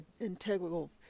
integral